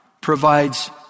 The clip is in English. provides